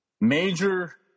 major